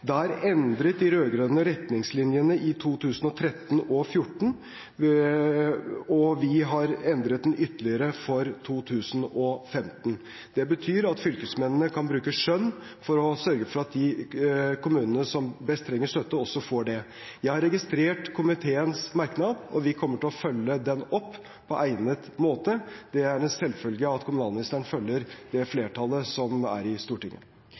arbeidsgiveravgiften. Der endret de rød-grønne retningslinjene for 2013 og 2014, og vi har endret den ytterligere for 2015. Det betyr at fylkesmennene kan bruke skjønn for å sørge for at de kommunene som best trenger støtte, også får det. Jeg har registrert komiteens merknad, og vi kommer til å følge den opp på egnet måte. Det er en selvfølge at kommunalministeren følger det flertallet som er i Stortinget.